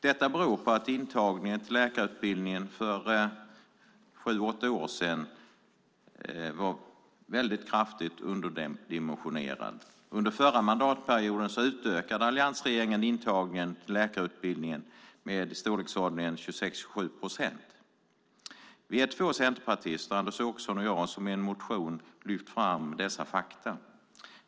Detta beror på att intagningen till läkarutbildningen för sju åtta år sedan var väldigt kraftigt underdimensionerad. Under den förra mandatperioden utökade alliansregeringen intagningen till läkarutbildningen med i storleksordningen 26-27 procent. Vi är två centerpartister, Anders Åkesson och jag, som i en motion lyft fram dessa fakta.